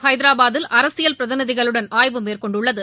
ஹைதராபாத்தில் அரசியல் பிரதிநிதிகளுடன் ஆய்வு மேற்கொண்டுள்ளது